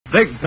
Big